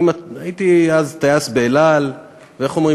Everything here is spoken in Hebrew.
אני הייתי אז טייס ב"אל על", ואיך אומרים?